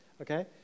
okay